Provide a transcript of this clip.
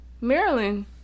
Maryland